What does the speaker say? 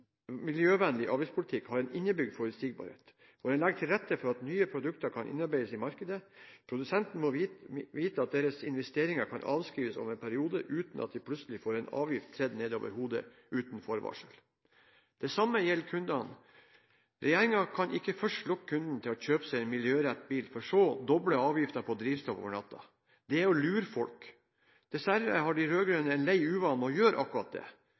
miljøvennlig avgiftspolitikk har en innebygd forutsigbarhet, hvor en legger til rette for at nye produkter kan innarbeides i markedet. Produsentene må vite at deres investeringer kan avskrives over en periode, uten at de plutselig får en avgift tredd ned over hodet uten forvarsel. Det samme gjelder kundene. Regjeringen kan ikke først lokke kundene til å kjøpe seg miljøriktig bil for så å doble avgiftene på drivstoffet over natten. Det er å lure folk. Dessverre har de rød-grønne en lei uvane med å gjøre akkurat det